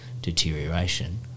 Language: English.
deterioration